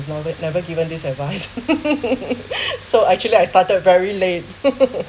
you know is never given this advice so actually I started very late